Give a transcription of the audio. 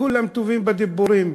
כולם טובים בדיבורים.